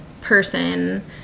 person